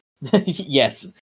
Yes